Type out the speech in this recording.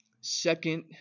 Second